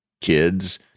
kids